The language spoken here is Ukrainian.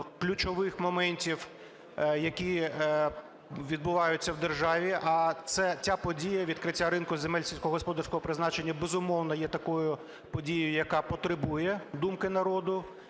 ключових моментів, які відбуваються в державі, а ця подія – відкриття ринку земель сільськогосподарського призначення – безумовно, є такою подією, яка потребує думки народу.